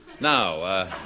Now